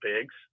pigs